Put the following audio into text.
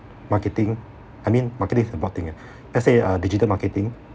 marketing I mean marketing is ah let's say uh digital marketing